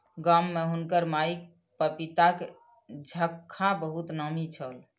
गाम में हुनकर माईक पपीताक झक्खा बहुत नामी छल